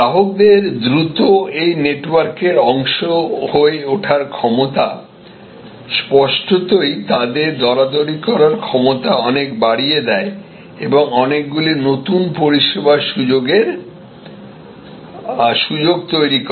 গ্রাহকদের দ্রুত এই নেটওয়ার্কের অংশ হয়ে উঠার ক্ষমতা স্পষ্টতই তাদের দরাদরি করার ক্ষমতা অনেক বাড়িয়ে দেয় এবং অনেকগুলি নতুন পরিষেবা সরবরাহের সুযোগ তৈরি করে